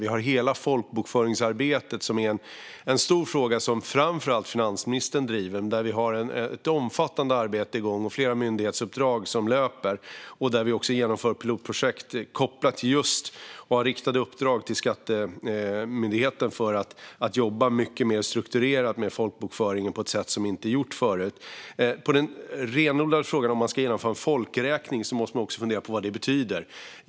Vi har hela folkbokföringsarbetet, som är en stor fråga som framför allt finansministern driver. Där har vi ett omfattande arbete igång och flera myndighetsuppdrag som löper. Vi genomför också pilotprojekt och har riktade uppdrag till skattemyndigheten för att jobba mycket mer strukturerat med folkbokföringen på ett sätt som inte är gjort förut. När det gäller den renodlade frågan om vi ska genomföra en folkräkning måste man också fundera på vad det betyder.